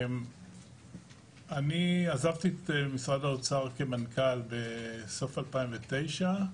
אני עזבתי את משרד האוצר כמנכ"ל בסוף 2009 ,